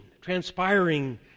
transpiring